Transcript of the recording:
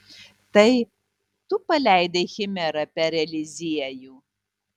tai tu paleidai chimerą per eliziejų